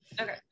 okay